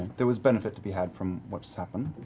there was benefit to be had from what just happened,